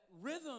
rhythm